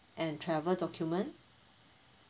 and travel document